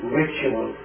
ritual